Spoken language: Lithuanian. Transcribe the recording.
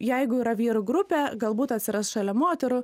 jeigu yra vyrų grupė galbūt atsiras šalia moterų